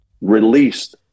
released